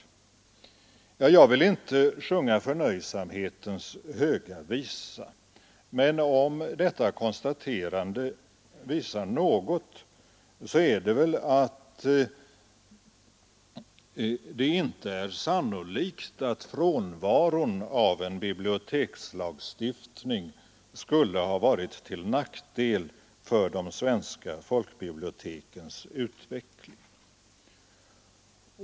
Jag vill inte sjunga förnöjsamhetens höga visa, men om detta konstaterande visar något, så är det väl att det inte är sannolikt att frånvaron av en bibliotekslagstiftning har varit till nackdel för de svenska folkbibliotekens utveckling.